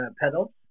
pedals